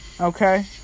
Okay